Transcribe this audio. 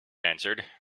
answered